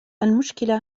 المشكلة